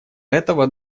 этого